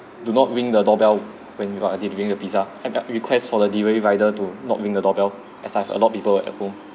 do not ring the doorbell when you are delivering the pizza and ah request for the delivery rider to not ring the doorbell as I've a lot of people at home